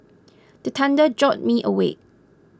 the thunder jolt me awake